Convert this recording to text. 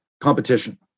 competition